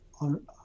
on